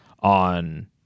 On